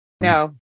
No